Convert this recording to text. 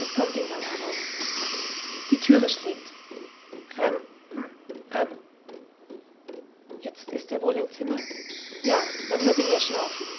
es kommt den gang herauf die thüre schlägt rem hm rem jetzt ist er wohl im zimmer ja man hört ihn ja schnaufen